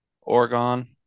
Oregon